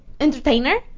entertainer